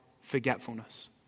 forgetfulness